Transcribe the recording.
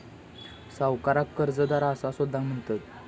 सावकाराक कर्जदार असा सुद्धा म्हणतत